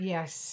Yes